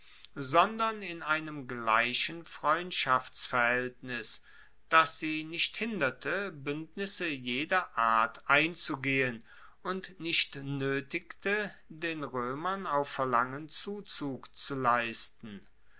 sondern in einem gleichen freundschaftsverhaeltnis das sie nicht hinderte buendnisse jeder art einzugehen und nicht noetigte den roemern auf verlangen zuzug zu leisten